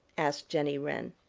asked jenny wren.